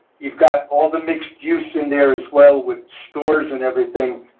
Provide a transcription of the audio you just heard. you've got all the mixed use in there as well with stores and everything.